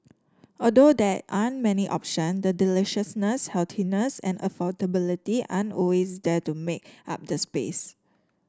although there aren't many option the deliciousness healthiness and affordability are always there to make up the space